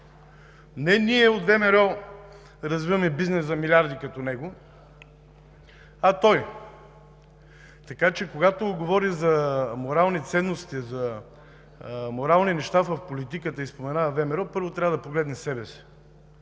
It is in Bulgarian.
Не ние от ВМРО развиваме бизнес за милиарди като него, а той. Така че, когато говори за морални ценности, за морални неща в политиката и споменава ВМРО, първо трябва да погледне себе си.